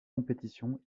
compétition